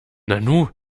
nanu